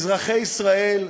אזרחי ישראל,